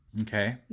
Okay